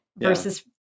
versus